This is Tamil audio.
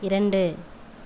இரண்டு